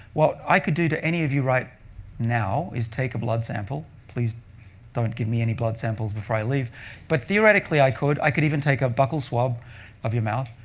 what i could do to any of you right now is take a blood sample please don't give me any blood samples before i leave but theoretically, i could. i could even take a buckle swab of your mouth,